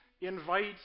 invite